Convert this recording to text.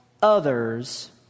others